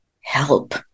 help